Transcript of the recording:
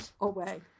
away